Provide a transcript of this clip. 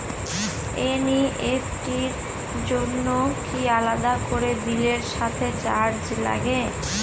NEFT র জন্য কি আলাদা করে বিলের সাথে চার্জ লাগে?